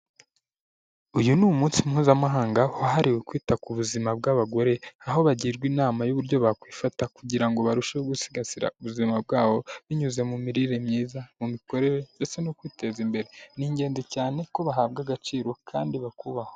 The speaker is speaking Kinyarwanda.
Uyu ni umunsi mpuzamahanga wahariwe kwita ku buzima bw'abagore, aho bagirwa inama y'uburyo bakwifata kugira ngo barusheho gusigasira ubuzima bwabo, binyuze mu mirire myiza, mu mikorere ndetse no kwiteza imbere. Ni ingenzi cyane ko bahabwa agaciro kandi bakubahwa.